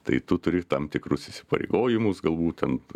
tai tu turi tam tikrus įsipareigojimus galbūt ten